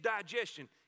digestion